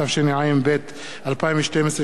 התשע"ב 2012,